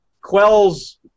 quells